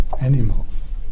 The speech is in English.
animals